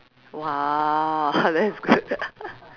!wah! that's good